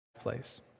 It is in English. place